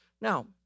Now